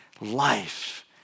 life